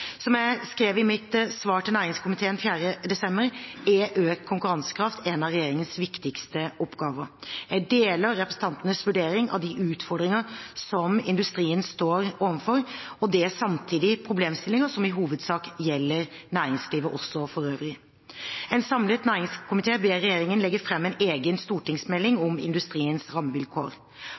Som jeg skrev i mitt svar til næringskomiteen 4. desember, er økt konkurransekraft en av regjeringens viktigste oppgaver. Jeg deler representantenes vurdering av de utfordringer som industrien står overfor. Dette er samtidig problemstillinger som i hovedsak gjelder næringslivet også for øvrig. En samlet næringskomité ber regjeringen legge fram en egen stortingsmelding om industriens rammevilkår.